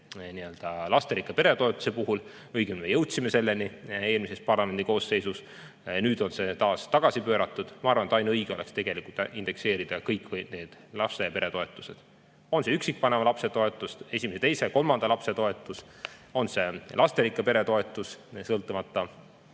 lasterikka pere toetuse puhul, õigemini jõudsime selleni eelmises parlamendikoosseisus, nüüd on see taas tagasi pööratud. Ma arvan, et ainuõige oleks indekseerida kõik need laste‑ ja peretoetused, on see üksikvanema lapse toetus või esimese, teise ja kolmanda lapse toetus, on see lasterikka pere toetus, sõltumata